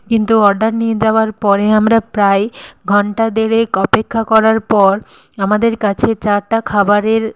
কিন্তু অর্ডার নিয়ে যাওয়ার পরে আমরা প্রায় ঘণ্টা দেড়েক অপেক্ষা করার পর আমাদের কাছে চারটা খাবারের